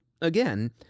again